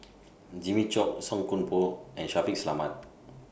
Jimmy Chok Song Koon Poh and Shaffiq Selamat